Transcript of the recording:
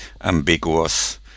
ambiguous